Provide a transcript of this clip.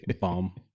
Bomb